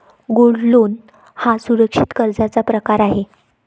gold loan हा सुरक्षित कर्जाचा प्रकार आहे